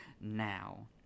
now